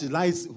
lies